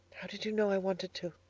how did you know i wanted to?